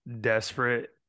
desperate